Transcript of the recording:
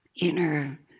inner